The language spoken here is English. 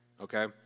okay